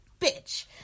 bitch